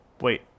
wait